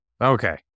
Okay